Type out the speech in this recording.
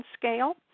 Scale